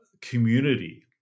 community